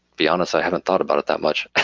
be honest, i haven't thought about it that much